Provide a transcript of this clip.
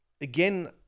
again